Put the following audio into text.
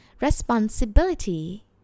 Responsibility